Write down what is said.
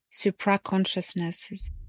supraconsciousnesses